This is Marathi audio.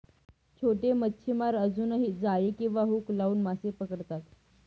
छोटे मच्छीमार अजूनही जाळी किंवा हुक लावून मासे पकडतात